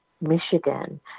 Michigan